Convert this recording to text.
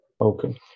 Okay